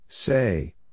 Say